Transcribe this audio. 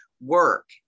work